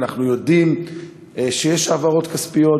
ואנחנו יודעים שיש העברות כספיות,